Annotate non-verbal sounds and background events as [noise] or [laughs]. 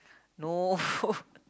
no [laughs]